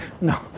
No